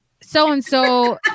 so-and-so